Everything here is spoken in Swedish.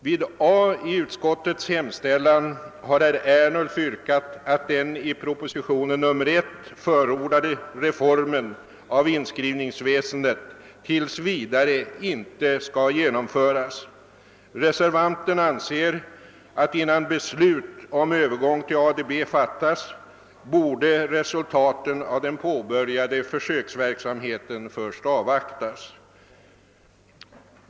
Vid A i utskottets hemställan har herr Ernulf yrkat att den i propositionen 1 förordade reformen av inskrivningsväsendet tills vidare inte skall genomföras. Reservanten anser att innan beslut om övergång till ADB fattas, borde resultaten av den påbörjade försöksverksamheten = först avvaktas.